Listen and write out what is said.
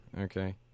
Okay